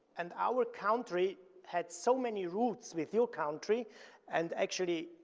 and our country had so many roots with your country and actually,